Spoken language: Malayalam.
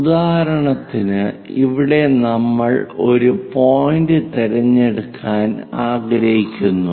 ഉദാഹരണത്തിന് ഇവിടെ നമ്മൾ ഒരു പോയിന്റ് തിരഞ്ഞെടുക്കാൻ ആഗ്രഹിക്കുന്നു